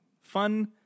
Fun